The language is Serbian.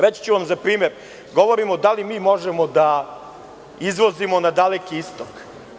Reći ću vam za primer, govorimo da li mi možemo da izvozimo na daleki istok.